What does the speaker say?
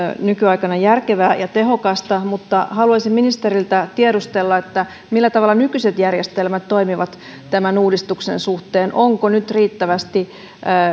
nykyaikana järkevää ja tehokasta mutta haluaisin ministeriltä tiedustella millä tavalla nykyiset järjestelmät toimivat tämän uudistukseen suhteen onko nyt riittävästi